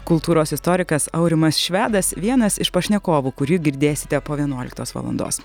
kultūros istorikas aurimas švedas vienas iš pašnekovų kurį girdėsite po vienuoliktos valandos